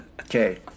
Okay